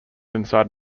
inside